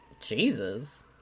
Jesus